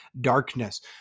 darkness